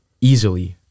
easily